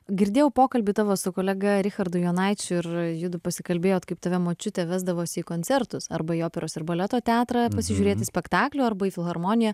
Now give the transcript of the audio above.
girdėjau pokalbį tavo su kolega richardu jonaičiu ir judu pasikalbėjot kaip tave močiutė vesdavosi į koncertus arba į operos ir baleto teatrą pasižiūrėti spektaklio arba į filharmoniją